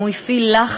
אם הוא הפעיל לחץ,